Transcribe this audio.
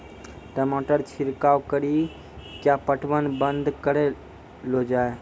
टमाटर छिड़काव कड़ी क्या पटवन बंद करऽ लो जाए?